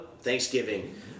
Thanksgiving